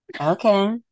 Okay